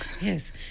Yes